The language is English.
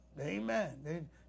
Amen